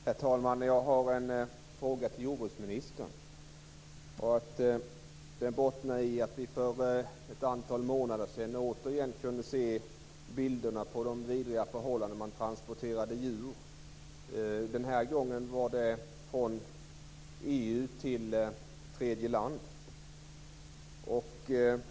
Herr talman! Jag har en fråga till jordbruksministern. För ett antal månader sedan kunde vi återigen se bilder från vidriga förhållanden vid djurtransporter. Den här gången gick transporten från EU till tredje land.